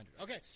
Okay